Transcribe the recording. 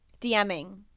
DMing